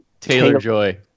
Taylor-Joy